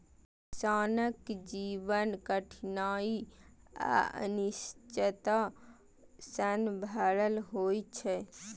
किसानक जीवन कठिनाइ आ अनिश्चितता सं भरल होइ छै